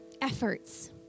efforts